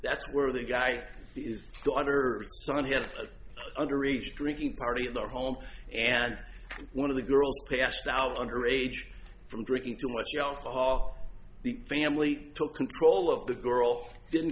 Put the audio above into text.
that's where the guy is under sun he had an underage drinking party at their home and one of the girls passed out under age from drinking too much alcohol the family took control of the girl didn't